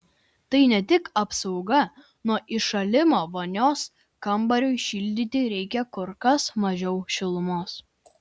tai ne tik apsauga nuo įšalimo vonios kambariui šildyti reikia kur kas mažiau šilumos